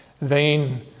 Vain